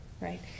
right